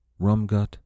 Rumgut